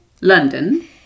London